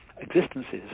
existences